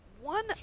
One